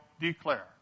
declare